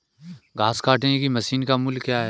घास काटने की मशीन का मूल्य क्या है?